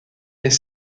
est